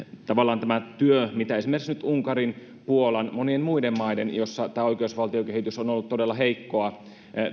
tavallaan tämä työ mitä nyt tehtiin esimerkiksi unkarin puolan ja monien muiden maiden suhteen joissa oikeusvaltiokehitys on ollut todella heikkoa